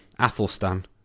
Athelstan